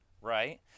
right